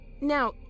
Now